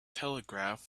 telegraph